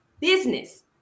business